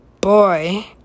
boy